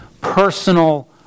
personal